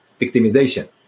victimization